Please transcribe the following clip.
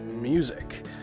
music